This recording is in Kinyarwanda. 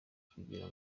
kugira